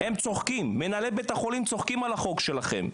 הם צוחקים, מנהלי בתי החולים צוחקים על החוק שלכם,